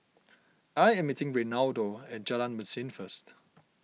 I am meeting Reinaldo at Jalan Mesin first